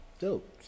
dope